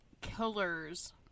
killers